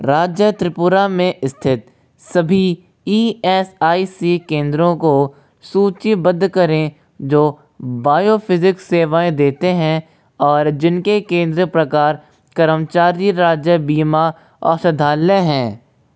राज्य त्रिपुरा में स्थित सभी ई एस आई सी केंद्रों को सूचीबद्ध करें जो बायोफ़िज़िक्स सेवाएँ देते हैं और जिनके केंद्र प्रकार कर्मचारी राज्य बीमा औषधालय हैं